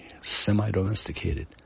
semi-domesticated